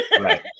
right